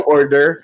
Order